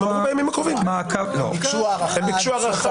הם ביקשו הארכה.